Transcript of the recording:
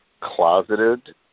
closeted